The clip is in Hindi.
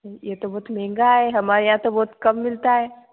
ये तो बहुत महंगा है हमारे यहाँ तो बहुत कम मिलता है